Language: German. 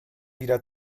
wieder